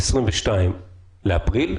22 באפריל,